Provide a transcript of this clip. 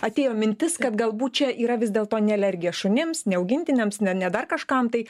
atėjo mintis kad galbūt čia yra vis dėlto ne alergija šunims ne augintiniams ne ne dar kažkam tai